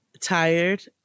tired